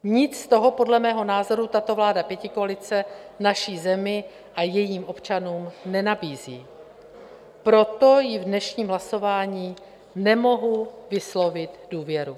Nic z toho podle mého názoru tato vláda pětikoalice naší zemi a jejím občanům nenabízí, proto jí v dnešním hlasování nemohu vyslovit důvěru.